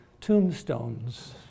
tombstones